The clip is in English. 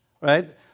right